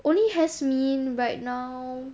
only has me right now